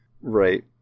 Right